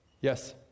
Yes